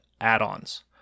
add-ons